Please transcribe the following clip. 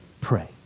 pray